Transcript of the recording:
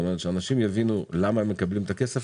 כלומר שאנשים יבינו למה קיבלו את הכסף